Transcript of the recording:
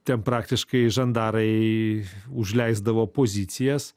ten praktiškai žandarai užleisdavo pozicijas